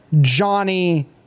Johnny